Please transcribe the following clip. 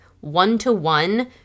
one-to-one